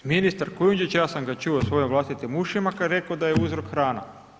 Ministar Kujundžić, ja sam ga čuo svojim vlastitim ušima, kad je rekao da je uzrok hrana.